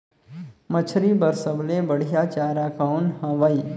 मछरी बर सबले बढ़िया चारा कौन हवय?